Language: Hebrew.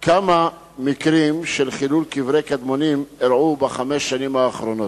3. כמה מקרים של חילול קברי קדמונים אירעו בחמש שנים האחרונות?